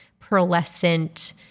pearlescent